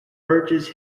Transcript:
urges